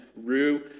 rue